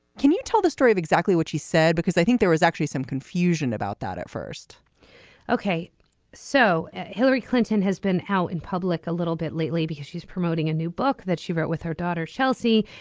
can you tell the story of exactly what she said. because i think there was actually some confusion about that at first ok so hillary clinton has been out in public a little bit lately because she's promoting a new book that she wrote with her daughter chelsea.